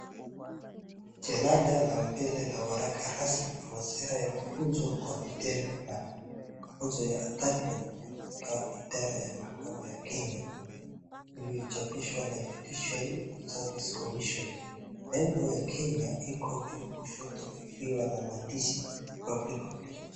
Ni jalada la mbele la waraka rasmi wa sera ya mafunzo kwa vitendo na mafunzo ya attachement katika idara ya makamu ya Kenya, iliyochapishwa na judicial service commission . Nembo ya Kenya iko juu kushoto ikiwa na maandishi republic of Kenya.